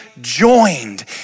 joined